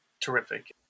terrific